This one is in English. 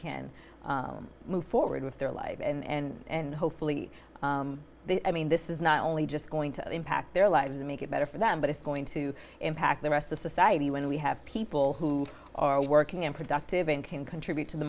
can move forward with their lives and hopefully i mean this is not only just going to impact their lives and make it better for them but it's going to impact the rest of society when we have people who are working and productive and can contribute to the